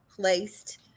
placed